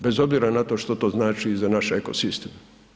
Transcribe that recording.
Bez obzira na to što to znači za naš eko sistem.